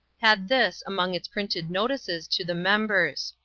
had this among its printed notices to the members